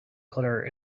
color